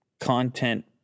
content